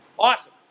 awesome